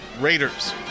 Raiders